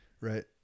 right